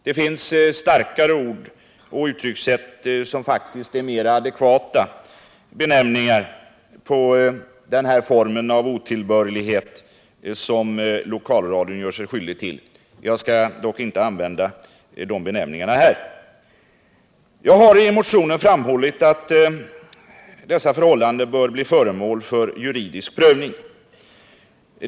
Det finns starkare ord och uttryckssätt som faktiskt är mer adekvata benämningar på den här formen av otillbörligt handlande som lokalradion gör sig skyldig till. Jag skall dock inte använda de benämningarna här. Jag har i motionen framhållit att dessa förhållanden bör bli föremål för juridisk prövning.